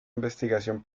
investigación